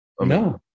No